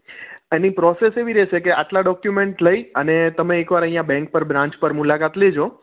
એની process એવી રહેશે કે આટલાં ડોક્યુમેન્ટ લઈ અને તમે એકવાર અહીંયા બેંક પર બ્રાન્ચ પર મુલાકાત લેજો